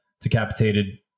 Decapitated